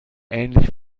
ähnlich